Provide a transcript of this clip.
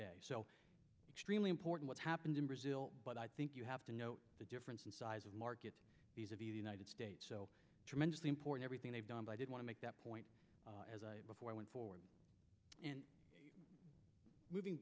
day so extremely important what happened in brazil but i think you have to know the difference in size of market these of the united states so tremendously important everything they've done by did want to make that point as before i went forward in moving